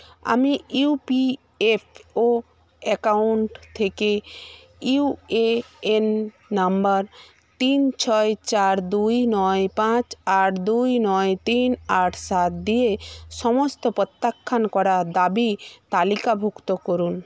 আমি EPFO account থেকে UAN number তিন ছয় চার দুই নয় পাঁচ আট দুই নয় তিন আট সাত দিয়ে সমস্ত প্রত্যাখ্যান করা দাবি তালিকাভুক্ত করুন